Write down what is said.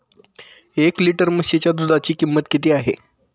एक लिटर म्हशीच्या दुधाची किंमत किती आहे?